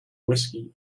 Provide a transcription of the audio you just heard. whiskey